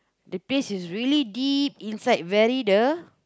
the taste is really deep inside very the